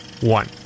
one